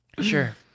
Sure